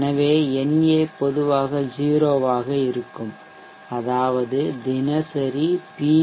எனவே na பொதுவாக 0 ஆக இருக்கும் அதாவது தினசரி பி